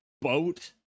boat